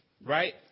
right